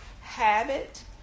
habit